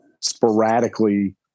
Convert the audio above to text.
sporadically